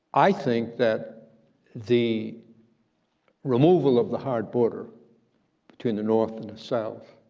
i think that the removal of the hard border between the north and the south